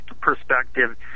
perspective